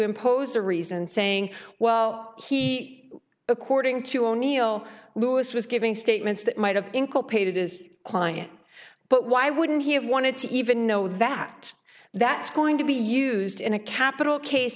impose a reason saying well he according to o'neil lewis was giving statements that might have inculpated as client but why wouldn't he have wanted to even know that that's going to be used in a capital case